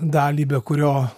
dalį be kurio